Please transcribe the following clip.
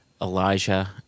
Elijah